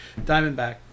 Diamondback